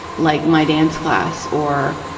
like my dance class or,